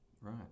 Right